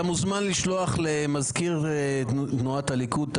אתה מוזמן לשלוח למזכיר תנועת הליכוד את